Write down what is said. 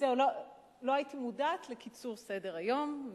לא הייתי מודעת לקיצור סדר-היום,